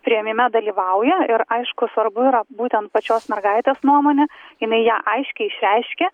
priėmime dalyvauja ir aišku svarbu yra būtent pačios mergaitės nuomonė jinai ją aiškiai išreiškia